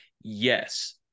yes